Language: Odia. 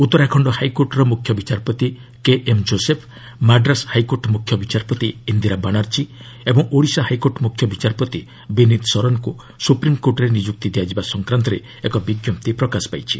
ଉତ୍ତରାଖଣ୍ଡ ହାଇକୋର୍ଟର ମୁଖ୍ୟ ବିଚାରପତି କେଏମ୍ କୋଶେଫ୍ ମାଡ୍ରାସ୍ ହାଇକୋର୍ଟ ମୁଖ୍ୟ ବିଚାରପତି ଇନ୍ଦିରା ବାନାର୍ଜୀ ଓଡ଼ିଶା ହାଇକୋର୍ଟ ମୁଖ୍ୟ ବିଚାରପତି ବିନୀତ୍ ଶରନ୍ଙ୍କୁ ସୁପ୍ରିମ୍କୋର୍ଟରେ ନିଯୁକ୍ତି ଦିଆଯିବା ସଂକ୍ରାନ୍ତରେ ଏକ ବିଜ୍ଞପ୍ତି ପ୍ରକାଶ ପାଇଛି